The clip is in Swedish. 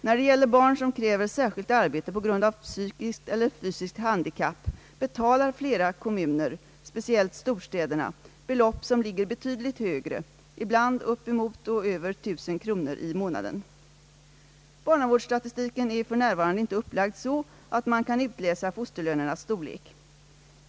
När det gäller barn som kräver särskilt arbete på grund av psykiskt eller fysiskt handikapp betalar flera kommuner, speciellt storstäderna, belopp som ligger betydligt högre, ibland uppemot och över 1000 kronor i månaden. Barnavårdsstatistiken är f. n. inte upplagd så, att man kan utläsa fosterlönernas storlek.